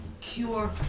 Cure